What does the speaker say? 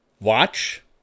watch